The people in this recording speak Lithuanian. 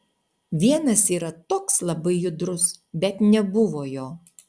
vienas yra toks labai judrus bet nebuvo jo